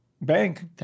bank